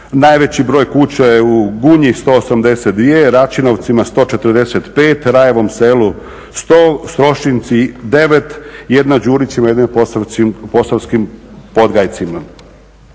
Najveći broj kuća je u Gunji, 182, Račinovcima 145, Rajevom selu 100, Strošinci 9, … Posavskim Podgajcima.